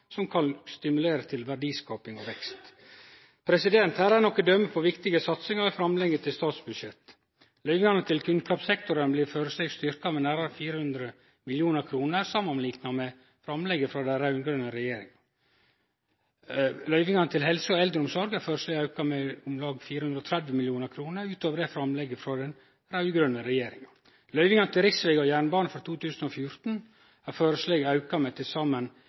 som kan stimulere verdiskaping og vekst. Her er nokre døme på viktige satsingar i framlegget til statsbudsjett: Løyvingane til kunnskapssektoren blir føreslege styrkte med nærare 400 mill. kr samanlikna med framlegget frå den raud-grøne regjeringa. Løyvingane til helse og eldreomsorg er føreslege auka med om lag 430 mill. kr utover framlegget frå den raud-grøne regjeringa. Løyvingane til riksveg og jernbane for 2014 er føreslege auka med til saman